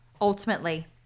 Ultimately